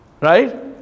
Right